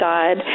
God